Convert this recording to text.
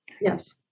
Yes